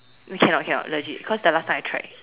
cannot cannot legit cause the last time I tried